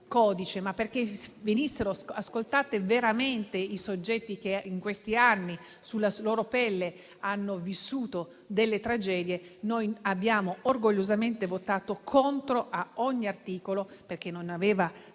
ma perché venissero ascoltati veramente i soggetti che in questi anni, sulla loro pelle, hanno vissuto delle tragedie, noi abbiamo orgogliosamente votato contro ogni articolo, perché non avevano